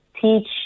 teach